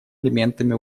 элементами